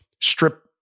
strip